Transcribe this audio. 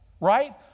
right